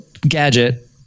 gadget